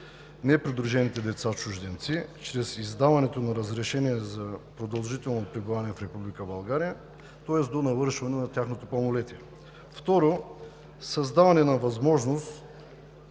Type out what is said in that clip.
непридружените лица – чужденци, чрез издаването на разрешение за продължително пребиваване в Република България, тоест до навършване на тяхното пълнолетие; второ, създаване на възможност